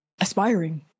aspiring